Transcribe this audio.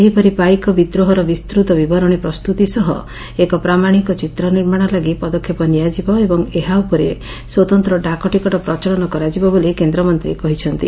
ସେହିପରି ପାଇକ ବିଦ୍ରୋହର ବିସ୍ତୁତ ବିବରଣୀ ପ୍ରସ୍ତୁତି ସହ ଏକ ପ୍ରାମାଶିକ ଚିତ୍ର ନିର୍ମାଶ ଲାଗି ପଦକ୍ଷେପ ନିଆଯିବ ଏବଂ ଏହା ଉପରେ ସ୍ୱତନ୍ତ ଡାକ ଟିକଟ ପ୍ରଚଳନ କରାଯିବ ବୋଲି କେନ୍ଦ୍ରମନ୍ତୀ କହିଛନ୍ତି